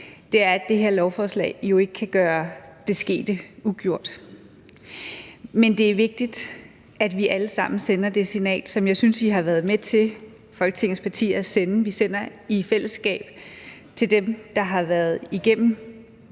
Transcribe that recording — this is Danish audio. er, at det her lovforslag jo ikke kan gøre det skete ugjort. Men det er vigtigt, at vi allesammen sender det signal, som jeg synes I, Folketingets partier, har været med til at sende – som vi sender i fællesskab – til dem, der har været igennem